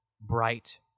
bright